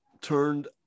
turned